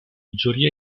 giuria